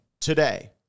Today